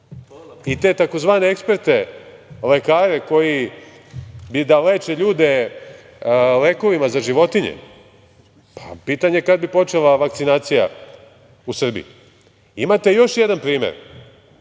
i te takozvane eksperte lekare, koji bi da leče ljude lekovima za životinje, pa pitanje je kada bi počela vakcinacija u Srbiji. Imate još primer,